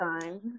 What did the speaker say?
time